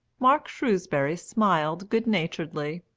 mark shrewsbury smiled good-naturedly.